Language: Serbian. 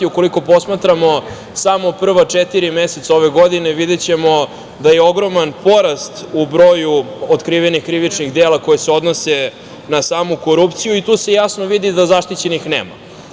Ukoliko posmatramo samo prva četiri meseca ove godine, videćemo da je ogroman porast u broju otkrivenih krivičnih dela koja se odnose na samu korupciju i tu se jasno vidi da zaštićenih nema.